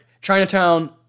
Chinatown